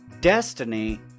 Destiny